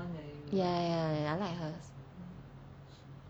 ya ya I like hers